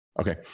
okay